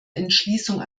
entschließung